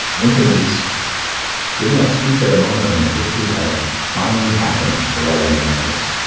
lincoln is giving that speech at a moment when history had finally happened to white americans.